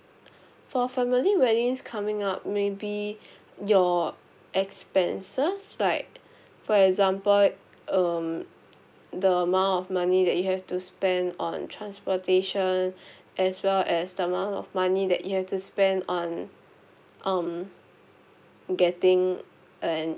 for family weddings coming up maybe your expenses like for example um the amount of money that you have to spend on transportation as well as the amount of money that you have to spend on um getting an